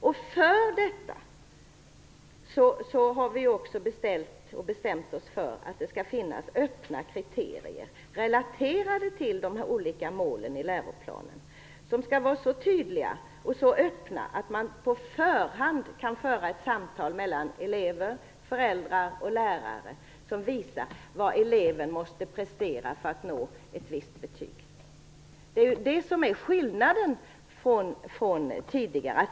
Med tanke på detta har vi bestämt oss för att det skall finnas öppna kriterier, relaterade till de olika målen i läroplanen, som skall vara så tydliga och så öppna att man på förhand kan föra ett samtal mellan elever, föräldrar och lärare som visar vad eleven måste prestera för att nå ett visst betyg. Det är det som är skillnaden jämfört med tidigare.